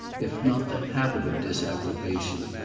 if not the habit of disapprobation,